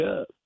up